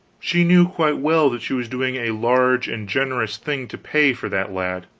she knew quite well that she was doing a large and generous thing to pay for that lad,